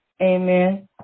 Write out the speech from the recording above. Amen